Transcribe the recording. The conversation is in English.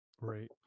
Right